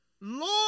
lord